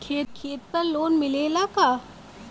खेत पर लोन मिलेला का?